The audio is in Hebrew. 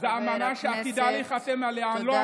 זו אמנה שעתידה להיחתם -- חבר הכנסת, תודה רבה.